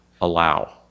allow